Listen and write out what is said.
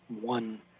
one